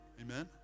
amen